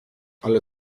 ale